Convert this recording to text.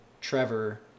Trevor